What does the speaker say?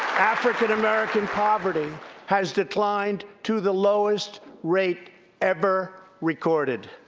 african-american poverty has declined to the lowest rate ever recorded.